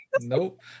nope